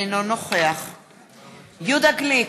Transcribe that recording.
יהודה גליק,